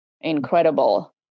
incredible